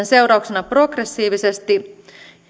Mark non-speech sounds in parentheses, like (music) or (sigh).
(unintelligible) seurauksena progressiivisesti